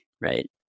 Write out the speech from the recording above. Right